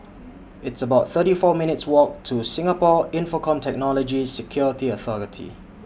It's about thirty four minutes' Walk to Singapore Infocomm Technology Security Authority